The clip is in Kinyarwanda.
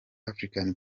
african